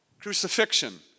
Crucifixion